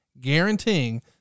guaranteeing